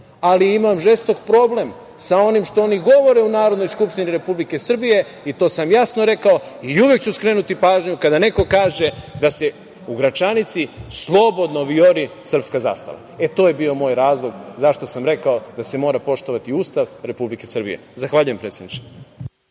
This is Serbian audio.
ali imam žestok problem sa onim što oni govore u Narodnoj skupštini Republike Srbije. To sam jasno rekao i uvek ću skrenuti pažnju kada neko kaže da se u Gračanici slobodno viori srpska zastava. To je bio moj razlog zašto sam rekao da se mora poštovati Ustav Republike Srbije. Zahvaljujem predsedniče.